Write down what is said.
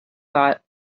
thought